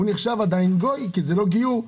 נחשב עדיין גוי כי זה לא גיור.